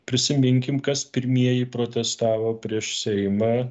prisiminkim kas pirmieji protestavo prieš seimą